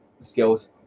skills